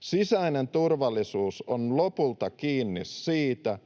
Sisäinen turvallisuus on lopulta kiinni siitä,